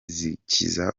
zikiza